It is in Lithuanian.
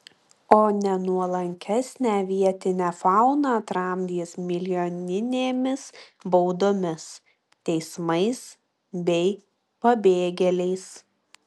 o nenuolankesnę vietinę fauną tramdys milijoninėmis baudomis teismais bei pabėgėliais